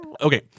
Okay